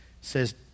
says